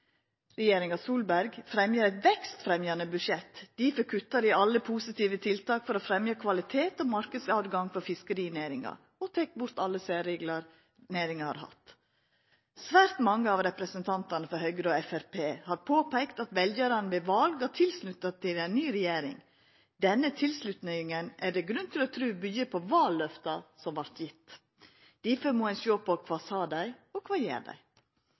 Regjeringa Solberg legg fram eit vekstfremjande budsjett, difor kuttar dei i alle positive tiltak for å fremja kvalitet og marknadstilgang for fiskerinæringa og tek bort alle særreglar næringa har hatt. Svært mange av representantane frå Høgre og Framstegspartiet har påpeikt at veljarane ved val gav tilslutnad til ei ny regjering. Denne tilslutnaden er det grunn til å tru byggjer på valløfta som vart gjevne. Difor må ein sjå på kva dei sa, og kva dei gjer.